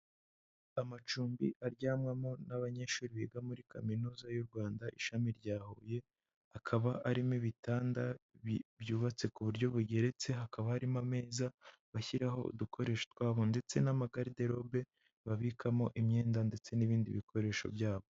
Amacumbi aryamwamo n'abanyeshuri biga muri Kaminuza y'u Rwanda ishami rya Huye, hakaba arimo ibitanda byubatse ku buryo bugeretse, hakaba harimo ameza bashyiraho udukoresho twabo, ndetse n'amagariderobe babikamo imyenda, ndetse n'ibindi bikoresho byabo.